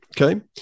Okay